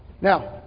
Now